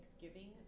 Thanksgiving